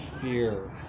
fear